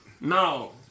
No